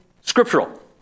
scriptural